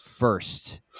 First